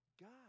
God